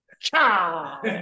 Cha